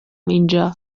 اینجا